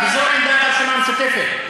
וזאת עמדת הרשימה המשותפת.